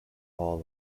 hall